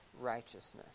righteousness